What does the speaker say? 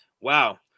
Wow